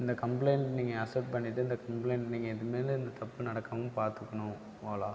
இந்த கம்ப்ளைண்ட்ட நீங்கள் அசப்ட் பண்ணிட்டு இந்த கம்ப்ளைண்ட் நீங்கள் இது மேலும் இந்த தப்பு நடக்காமல் பார்த்துக்கணும் ஓலா